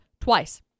twice